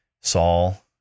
Saul